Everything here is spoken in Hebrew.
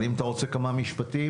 אבל אם אתה רוצה כמה משפטים,